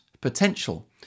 potential